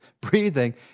breathing